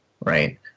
right